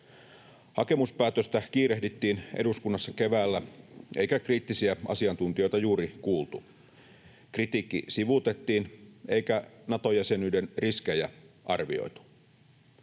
Hakemuspäätöstä kiirehdittiin eduskunnassa keväällä, eikä kriittisiä asiantuntijoita juuri kuultu. Kritiikki sivuutettiin, eikä Nato-jäsenyyden riskejä arvioitu.